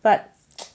but